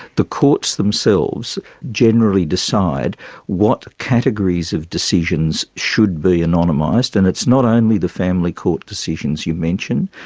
the courts themselves generally decide what categories of decisions should be anonymised, and it's not only the family court decisions you mention,